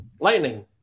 lightning